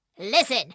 Listen